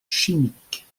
chimique